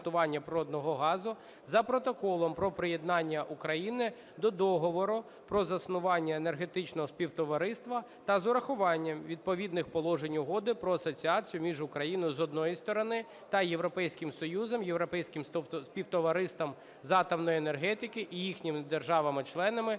за Протоколом про приєднання України до Договору про заснування Енергетичного Співтовариства, та з урахуванням відповідних положень Угоди про асоціацію між Україною, з одної сторони, та Європейським Союзом, Європейським Співтовариством з атомної енергетики і їхніми державами-членами,